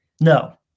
No